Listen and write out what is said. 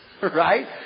Right